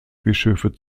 bischöfe